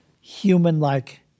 human-like